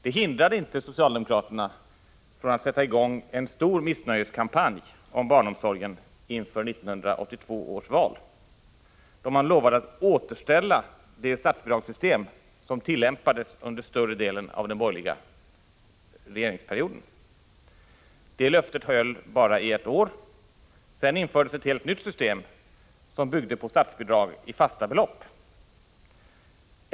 Det hindrade inte socialdemokraterna från att sätta i gång en stor missnöjeskampanj om barnomsorgen inför 1982 års val, då man lovade att återställa det statsbidragssystem som tillämpades under större delen av den borgerliga regeringsperioden. Det löftet höll bara i ett år — sedan infördes ett helt nytt system, som byggde på statsbidrag i fasta belopp.